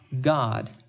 God